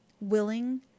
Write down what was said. willing